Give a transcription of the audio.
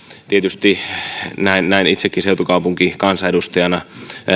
tietysti näin itsekin seutukaupunkikansanedustajana